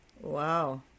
wow